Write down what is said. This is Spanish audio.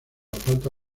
falta